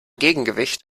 gegengewicht